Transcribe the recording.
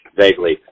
vaguely